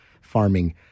farming